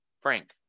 Frank